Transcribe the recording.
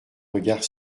regard